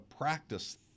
practice